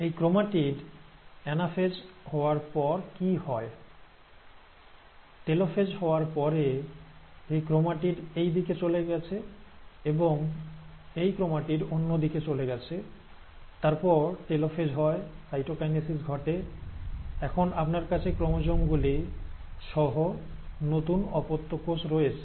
এই chromatid anaphase হওয়ার পর কি হয় টেলোফেজ হওয়ার পরে এই ক্রোমাটিড এই দিকে চলে গেছে এবং এই ক্রোমাটিড অন্যদিকে চলে গেছে তারপর টেলোফেজ হয় সাইটোকাইনেসিস ঘটে এখন আপনার কাছে ক্রোমোজোম গুলি সহ নতুন অপত্য কোষ রয়েছে